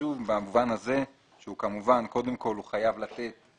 חשוב במובן הזה שהוא כמובן קודם כל חייב לתת